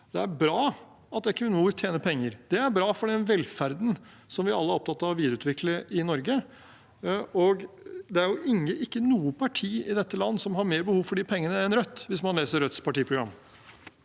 Det er bra at Equinor tjener penger. Det er bra for den velferden som vi alle er opptatt av å videreutvikle i Norge, og det er jo ikke noe parti i dette land som har mer behov for de pengene enn Rødt, hvis man leser Rødts partiprogram.